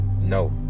No